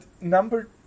number